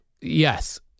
Yes